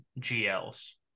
GL's